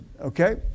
okay